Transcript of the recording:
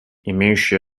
имеющие